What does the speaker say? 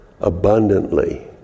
abundantly